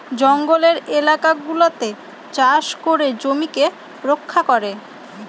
জঙ্গলের এলাকা গুলাতে চাষ করে জমিকে রক্ষা করে